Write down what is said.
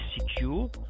secure